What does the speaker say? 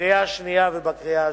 בקריאה שנייה ובקריאה שלישית.